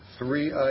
three